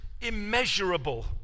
immeasurable